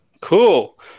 cool